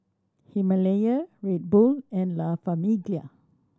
Himalaya Red Bull and La Famiglia